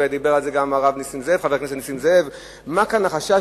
ודיבר על זה גם חבר הכנסת הרב נסים זאב מה כאן החשש,